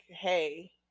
hey